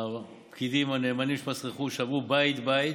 הפקידים הנאמנים של מס רכוש עברו בית-בית,